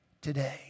today